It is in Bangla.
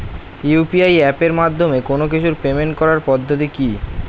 ইউ.পি.আই এপের মাধ্যমে কোন কিছুর পেমেন্ট করার পদ্ধতি কি?